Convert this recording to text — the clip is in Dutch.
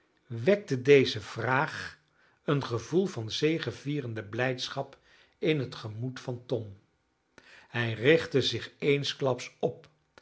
wekte deze vraag een gevoel van zegevierende blijdschap in het gemoed van tom hij richtte zich eensklaps op